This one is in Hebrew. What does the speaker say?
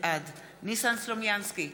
בעד ניסן סלומינסקי,